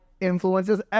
influences